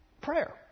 prayer